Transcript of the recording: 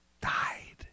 Died